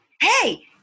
Hey